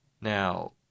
now